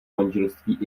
manželství